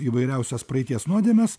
įvairiausios praeities nuodėmes